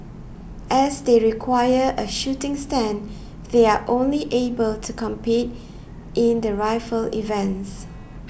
as they require a shooting stand they are only able to compete in the rifle events